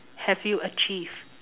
have you achieved